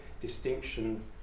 distinction